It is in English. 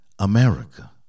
America